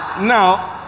Now